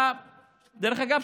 דרך אגב,